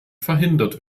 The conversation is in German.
verhindert